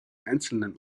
einzelnen